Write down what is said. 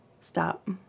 Stop